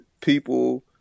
people